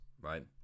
right